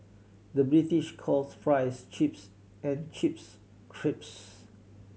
the British calls fries chips and chips crisps